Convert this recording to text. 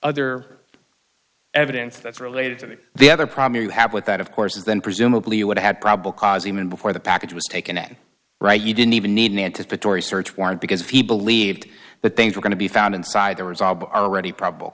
other evidence that's related to me the other problem you have with that of course is then presumably you would have had probable cause even before the package was taken in right you didn't even need an anticipatory search warrant because if he believed that things were going to be found inside there was all but ready probable